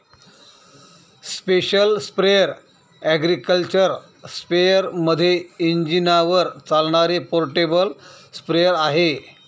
special sprayer agriculture स्पेअरमध्ये इंजिनावर चालणारे पोर्टेबल स्प्रेअर आहे